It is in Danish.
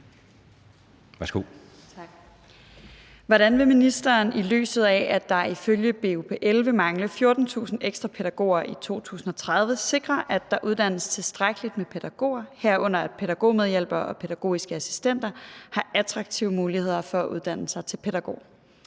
Hvordan vil ministeren – i lyset af at der ifølge BUPL vil mangle 14.000 ekstra pædagoger i 2030 – sikre, at der uddannes tilstrækkelig med pædagoger, herunder at pædagogmedhjælpere og pædagogiske assistenter har attraktive muligheder for at uddanne sig til pædagog?